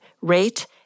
rate